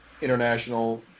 international